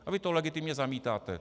A vy to legitimně zamítáte.